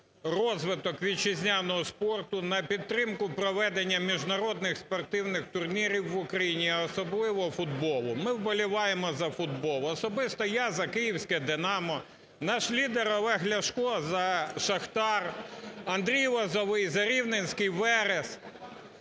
розвиток вітчизняного спорту, на підтримку проведення міжнародних спортивних турнірів в Україні, а особливо футболу. Ми вболіваємо за футбол, особисто я за київське "Динамо", наш лідер Олег Ляшко - за "Шахтар", Андрій Лозовий - за рівненський "Верес".